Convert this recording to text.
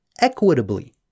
equitably